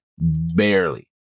barely